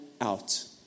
out